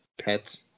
pets